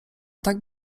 tak